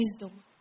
wisdom